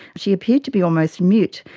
she appeared to be almost mute.